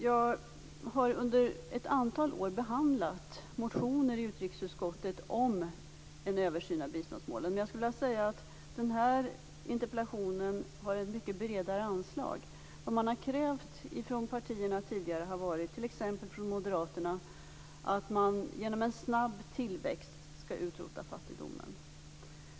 Jag har under ett antal år behandlat motioner i utrikesutskottet om en översyn av biståndsmålen, men jag skulle vilja säga att den här interpellationen har ett mycket bredare anslag. Det man har krävt från partierna tidigare har varit t.ex. från Moderaterna att man genom en snabb tillväxt skall utrota fattigdomen.